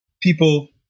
people